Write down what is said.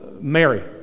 Mary